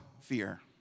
fear